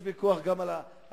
יש ויכוח גם על העניין,